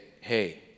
hey